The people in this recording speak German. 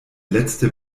letzte